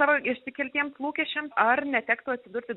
savo išsikeltiems lūkesčiams ar netektų atsidurti